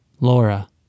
Laura